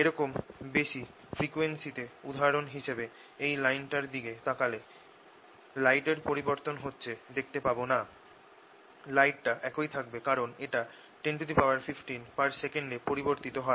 এরকম বেশি ফ্রিকোয়েন্সিতে উদাহরণ হিসেবে এই লাইটের দিকে তাকালে লাইটের পরিবর্তন হচ্ছে দেখতে পাব না লাইটটা একই থাকবে কারণ এটা 1015s এ পরিবর্তিত হয়